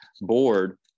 board